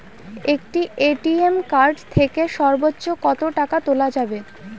একটি ATM card থেকে সর্বোচ্চ কত টাকা তোলা যাবে?